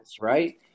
right